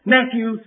Matthew